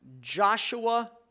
Joshua